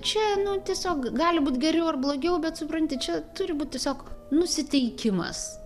čia nu tiesiog gali būt geriau ar blogiau bet supranti čia turi būt tiesiog nusiteikimas